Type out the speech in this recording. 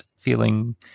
feeling